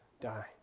die